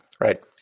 Right